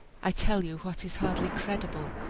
i tell you what is hardly credible,